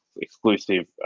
exclusive